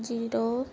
zero